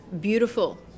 beautiful